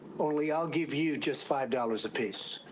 only i'll give you just five dollars a piece.